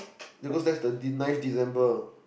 because that's the de~ ninth December